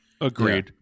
Agreed